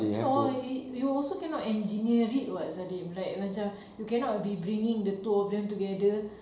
oh you also cannot engineer it [what] salim like macam you cannot be bringing the two of them together